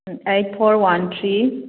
eight four one three